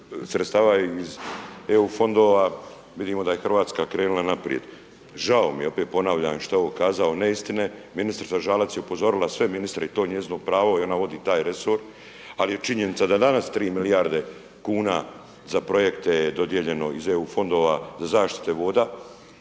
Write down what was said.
sredstava iz eu fondova vidimo da je Hrvatska krenula naprijed. Žao mi je, opet ponavljam što je ovo kazao neistine. Ministrica Žalac je upozorila sve ministre i to je njezino pravo i ona vodi taj resor, ali je činjenica da danas tri milijarde kuna za projekte je dodijeljeno iz eu fondova za zaštitu voda.